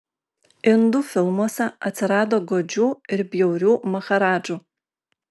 indų filmuose atsirado godžių ir bjaurių maharadžų